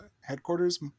Headquarters